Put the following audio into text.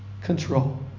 control